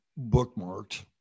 bookmarked